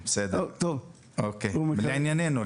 --- לענייננו.